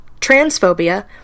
transphobia